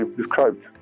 described